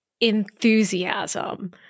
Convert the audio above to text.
enthusiasm